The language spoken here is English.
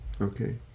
okay